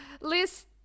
List